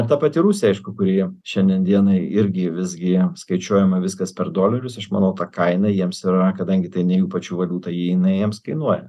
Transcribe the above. ir ta pati rusija aišku kuri šiandien dienai irgi visgi skaičiuojama viskas per dolerius aš manau ta kaina jiems yra kadangi tai ne jų pačių valiuta jinai jiems kainuoja